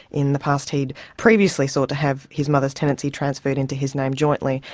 in the past he'd previously sought to have his mother's tenancy transferred into his name jointly,